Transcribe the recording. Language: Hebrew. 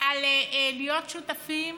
על להיות שותפים